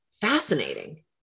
fascinating